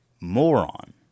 moron